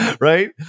right